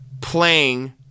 playing